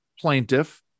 plaintiff